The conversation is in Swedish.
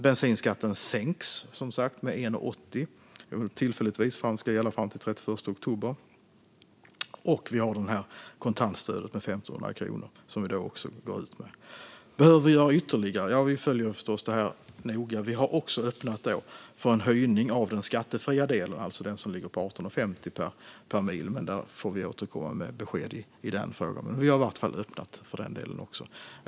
Bensinskatten sänks som sagt med 1,80, tillfälligtvis; det ska gälla fram till den 31 oktober. Vi har alltså även kontantstödet om 1 500 kronor. Behöver vi göra något ytterligare? Ja, vi följer förstås detta noga, och vi har även öppnat för en höjning av den skattefria delen - det vill säga den som ligger på 18,50 per mil - men vi får återkomma med besked i den frågan. Men vi har öppnat för den delen också.